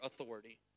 authority